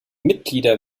mitglieder